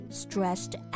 stressed